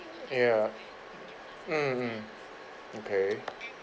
ya mm mm okay